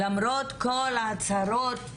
למרות כל ההצהרות,